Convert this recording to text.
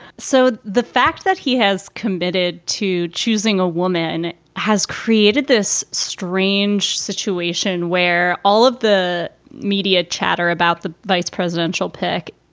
so the fact that he has committed to choosing a woman has created this strange situation where all of the media chatter about the vice presidential pick.